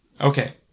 Okay